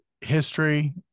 history